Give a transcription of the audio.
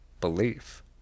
belief